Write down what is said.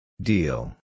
Deal